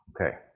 Okay